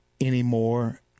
anymore